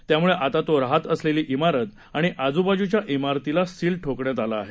त्यामुळे आता तो राहत असलेली इमारत आणि आजुबाजुच्या इमारती सील करण्यात आल्या आहेत